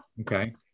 Okay